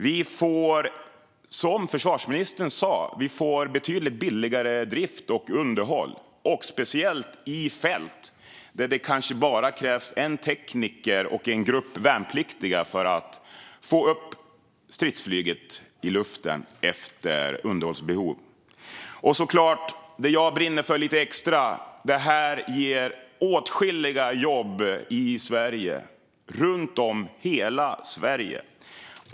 Vi får, som försvarsministern sa, betydligt billigare drift och underhåll, speciellt i fält där det kanske bara krävs en tekniker och en grupp värnpliktiga för att få upp stridsflyget i luften efter underhåll. Det jag brinner lite extra för är att detta ger åtskilliga jobb runt om i hela Sverige.